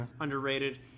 underrated